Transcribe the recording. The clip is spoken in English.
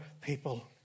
people